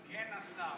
מגן השר.